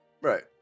right